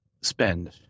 spend